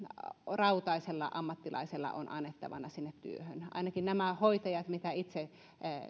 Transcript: rautaisella ammattilaisella on annettavanaan sinne työhön ainakin nämä hoitajat mitä itse